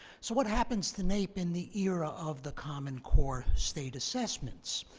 so what happens to naep in the era of the common core state assessments?